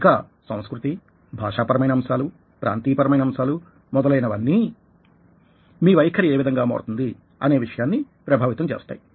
ఇంకా సంస్కృతి భాషా పరమైన అంశాలు ప్రాంతీయ పరమైన అంశాలు మొదలైనవన్నీ మీ వైఖరి ఏ విధంగా మారుతుంది అనే విషయాన్ని ప్రభావితం చేస్తాయి